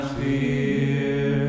fear